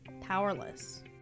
powerless